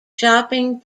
shopping